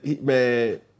man